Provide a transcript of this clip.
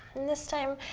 this time,